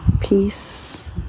peace